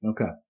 Okay